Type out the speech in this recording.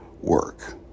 work